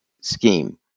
scheme